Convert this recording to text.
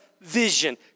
vision